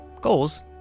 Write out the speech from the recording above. goals